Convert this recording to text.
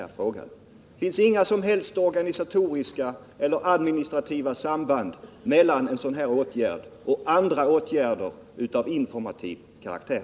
Det finns inga som helst organisatoriska eller administrativa samband mellan en sådan åtgärd och åtgärder av informativ karaktär.